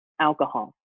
alcohol